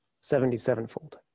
seventy-sevenfold